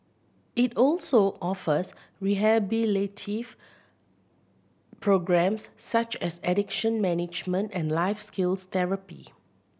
it also offers rehabilitative programmes such as addiction management and life skills therapy